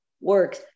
works